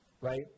right